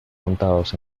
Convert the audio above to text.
montados